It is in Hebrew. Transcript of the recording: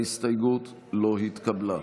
63. ההסתייגות לא התקבלה.